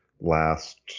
last